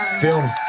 films